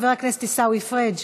חבר הכנסת עיסאווי פריג'